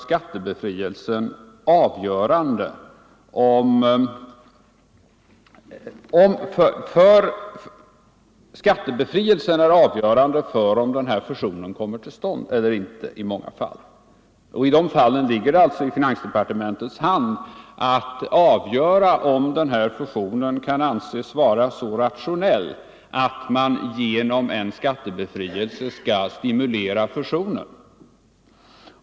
Skattebefrielsen är i många fall avgörande för om fusionen kommer till stånd eller inte. I de fallen ligger det alltså i finansdepartementets hand att avgöra om fusionen kan anses vara så rationell att man genom en skattebefrielse skall främja densamma.